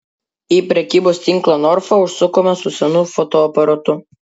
į prekybos tinklą norfa užsukome su senu fotoaparatu